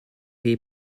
fait